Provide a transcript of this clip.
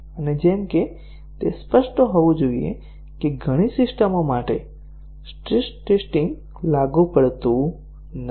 અને જેમ કે તે સ્પષ્ટ હોવું જોઈએ કે ઘણી સિસ્ટમો માટે સ્ટ્રેસ ટેસ્ટીંગ લાગુ પડતું નથી